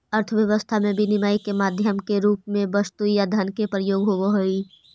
अर्थव्यवस्था में विनिमय के माध्यम के रूप में वस्तु या धन के प्रयोग होवऽ हई